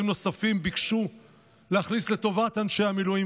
נוספים ביקשו להכניס לטובת אנשי המילואים,